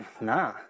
nah